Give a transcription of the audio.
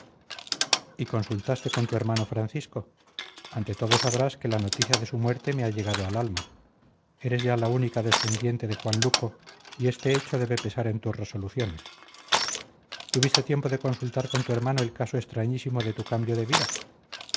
y consultaste con tu hermano francisco ante todo sabrás que la noticia de su muerte me ha llegado al alma eres ya la única descendiente de juan luco y este hecho debe pesar en tus resoluciones tuviste tiempo de consultar con tu hermano el caso extrañísimo de tu cambio de vida